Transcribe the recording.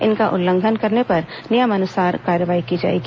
इनका उल्लंघन करने पर नियमानुसार कार्रवाई की जाएगी